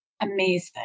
amazing